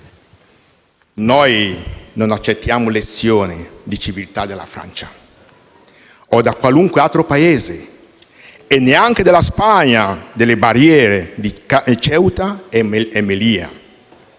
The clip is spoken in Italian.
Noi non accettiamo lezioni di civiltà dalla Francia o da qualunque altro Paese, neanche dalla Spagna delle barriere di Ceuta e Melilla,